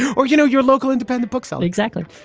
or, you know, your local independent bookseller. exactly.